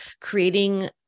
creating